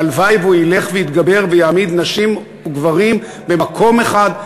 והלוואי שהוא ילך ויתגבר ויעמיד נשים וגברים במקום אחד,